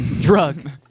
Drug